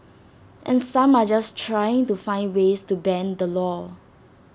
and some are just trying to find ways to bend the law